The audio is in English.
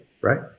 right